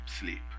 sleep